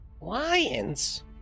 Lions